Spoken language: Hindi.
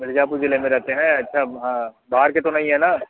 मिर्ज़ापुर ज़िले में रहते हैं अच्छा बाहर के तो नहीं है ना